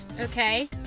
Okay